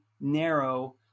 narrow